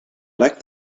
like